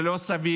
זה לא סביר,